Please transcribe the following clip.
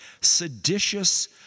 seditious